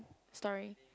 story